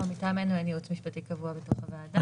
מטעמנו אין ייעוץ משפטי קבוע בתוך הוועדה.